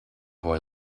boy